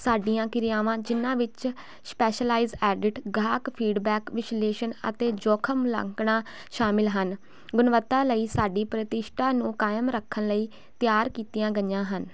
ਸਾਡੀਆਂ ਪ੍ਰਕਿਰਿਆਵਾਂ ਜਿਨ੍ਹਾਂ ਵਿੱਚ ਸਪੈਸ਼ਲਾਇਜ਼ਡ ਆਡਿਟ ਗਾਹਕ ਫੀਡਬੈਕ ਵਿਸ਼ਲੇਸ਼ਣ ਅਤੇ ਜੋਖਮ ਮੁਲਾਂਕਣਾਂ ਸ਼ਾਮਲ ਹਨ ਗੁਣਵੱਤਾ ਲਈ ਸਾਡੀ ਪ੍ਰਤਿਸ਼ਠਾ ਨੂੰ ਕਾਇਮ ਰੱਖਣ ਲਈ ਤਿਆਰ ਕੀਤੀਆਂ ਗਈਆਂ ਹਨ